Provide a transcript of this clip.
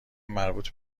مربوط